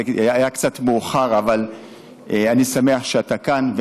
זה היה קצת מאוחר, אבל אני שמח שאתה כאן.